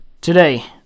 Today